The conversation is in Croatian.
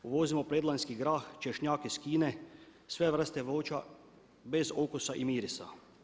Uvozimo predlanjski grah, češnjak iz Kine, sve vrste voća bez okusa i mirisa.